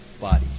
bodies